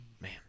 Man